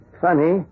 Funny